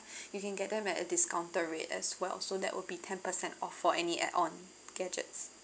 you can get them at a discounted rate as well so that would be ten percent off for any add on gadgets